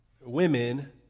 women